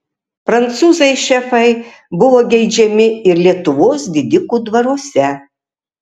prancūzai šefai buvo geidžiami ir lietuvos didikų dvaruose